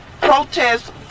protest